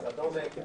וכדומה.